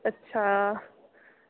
अच्छा